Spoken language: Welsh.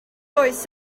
oes